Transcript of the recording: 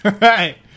Right